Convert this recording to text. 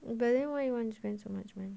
but then why you want to spend so much money